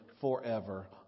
forever